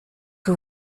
que